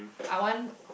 I want